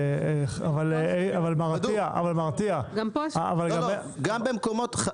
גם פה אסור.